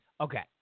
Okay